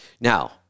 Now